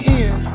end